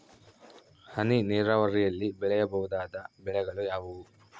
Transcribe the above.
ಹನಿ ನೇರಾವರಿಯಲ್ಲಿ ಬೆಳೆಯಬಹುದಾದ ಬೆಳೆಗಳು ಯಾವುವು?